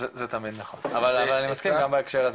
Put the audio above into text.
זה תמיד נכון, אבל אני מסכים גם בהקשר הזה.